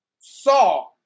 saw